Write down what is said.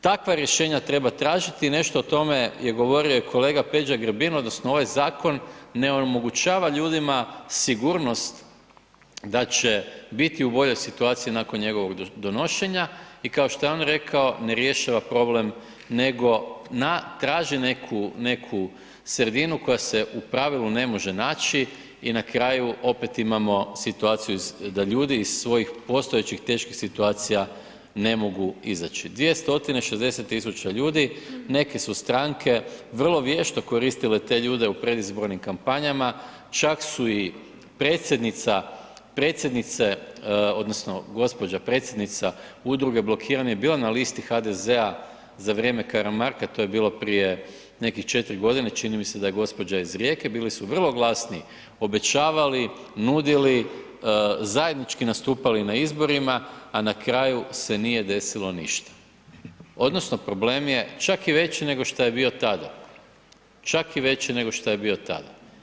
Takva rješenja treba tražiti i nešto o tome je govorio i kolega Peđa Grbin odnosno ovaj zakon ne omogućava ljudima sigurnost da će biti u boljoj situaciji nakon njegovog donošenja i kao što je on rekao ne rješava problem nego traže neku sredinu koja se u pravilu ne može naći i na kraju opet imamo situaciju da ljudi iz svojih postojećih teških situacija ne mogu izaći 260 000 ljudi neke su stranke vrlo vješto koristile te ljude u predizbornim kampanjama, čak su i predsjednica, predsjednice odnosno gospođa predsjednica Udruge blokiranih bila na listi HDZ-a za vrijeme Karamarka, to je bilo prije nekih 4.g., čini mi se da je gospođa iz Rijeke, bili su vrlo glasni, obećavali, nudili, zajednički nastupali na izborima, a na kraju se nije desilo ništa odnosno problem je čak i veći nego šta je bio tada, čak i veći nego šta je bio tada.